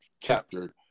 captured